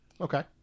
okay